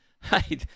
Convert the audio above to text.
hey